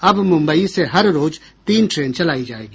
अब मुंबई से हर रोज तीन ट्रेन चलायी जायेंगी